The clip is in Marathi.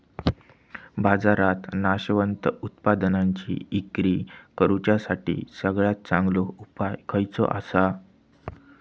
बाजारात नाशवंत उत्पादनांची इक्री करुच्यासाठी सगळ्यात चांगलो उपाय खयचो आसा?